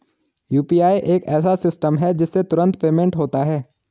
UPI एक ऐसा system है जिससे तुरंत पेमेंट होता है